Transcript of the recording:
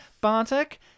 Bartek